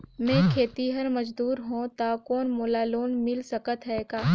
मैं खेतिहर मजदूर हों ता कौन मोला लोन मिल सकत हे का?